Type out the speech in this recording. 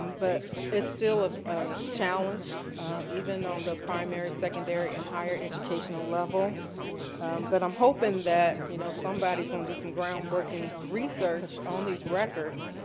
um but it's still a challenge even on the primary, secondary and higher educational level but i'm hoping that you know somebody will and do some ground breaking research on these records,